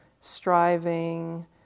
striving